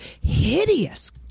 hideous